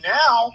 now